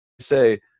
say